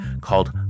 called